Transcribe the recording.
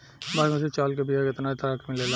बासमती चावल के बीया केतना तरह के मिलेला?